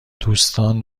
دوستان